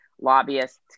lobbyists